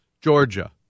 Georgia